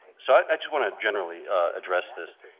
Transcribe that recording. so i just want to generally address this,